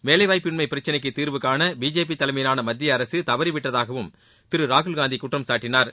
வேலைவாய்ப்பின்மை பிரச்சனைக்கு தீர்வுகாண பிஜேபி தலைமையிலான மத்திய அரசு தவறிவிட்டதாகவும் திரு ராகுல்காந்தி குற்றம் சாட்டினார்